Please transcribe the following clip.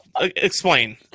Explain